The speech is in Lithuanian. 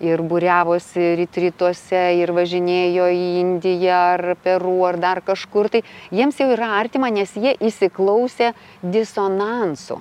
ir būriavosi ryt rytuose ir važinėjo į indiją ar peru ar dar kažkur tai jiems jau yra artima nes jie įsiklausė disonansų